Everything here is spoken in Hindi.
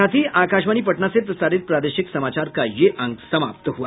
इसके साथ ही आकाशवाणी पटना से प्रसारित प्रादेशिक समाचार का ये अंक समाप्त हुआ